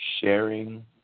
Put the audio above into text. sharing